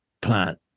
plant